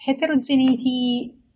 Heterogeneity